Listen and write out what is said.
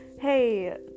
Hey